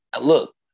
Look